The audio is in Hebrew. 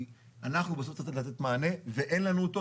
כי אנחנו בסוף צריכים לתת מענה ואין לנו אותו.